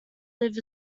lived